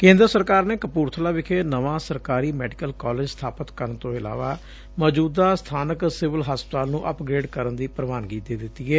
ਕੇਂਦਰ ਸਰਕਾਰ ਨੇ ਕਪੁਰਬਲਾ ਵਿਖੇ ਨਵਾਂ ਸਰਕਾਰੀ ਮੈਡੀਕਲ ਕਾਲਜ ਸਬਾਪਤ ਕਰਨ ਤੋਂ ਇਲਾਵਾ ਮੌਜੂਦਾ ਸਬਾਨਕ ਸਿਵਲ ਹਸਪਤਾਲ ਨੁੰ ਅਪਗ੍ਰੇਡ ਕਰਨ ਦੀ ਪ੍ਰਵਾਨਗੀ ਦੇ ਦਿੱਤੀ ਏ